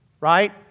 right